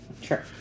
Sure